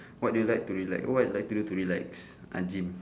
what do you like to relax what you like to do to relax uh gym